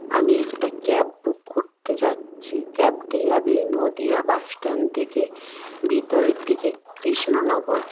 আমি একটা cab book করতে যাচ্ছি ক্যাবটি যাবে নদিয়া বাস স্ট্যান্ড থেকে ভিতরের দিকে কৃষ্ণনগর